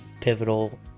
pivotal